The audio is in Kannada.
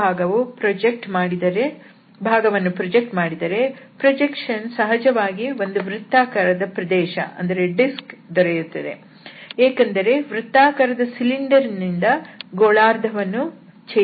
ಆ ಭಾಗವನ್ನು ಪ್ರಾಜೆಕ್ಟ್ ಮಾಡಿದರೆ ಪ್ರೊಜೆಕ್ಷನ್ ಸಹಜವಾಗಿ ಒಂದು ವೃತ್ತಾಕಾರದ ಪ್ರದೇಶ ವು ದೊರೆಯುತ್ತದೆ ಏಕೆಂದರೆ ವೃತ್ತಾಕಾರದ ಸಿಲಿಂಡರ್ ನಿಂದ ಗೋಳಾರ್ಧ ವನ್ನು ಛೇದಿಸಲಾಗಿದೆ